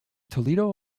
toledo